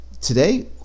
today